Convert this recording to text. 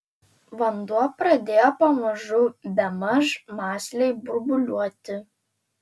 vanduo pradėjo pamažu bemaž mąsliai burbuliuoti